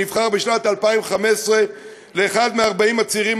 ונבחר בשנת 2015 לאחד מ-40 הצעירים